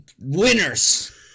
Winners